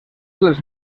dels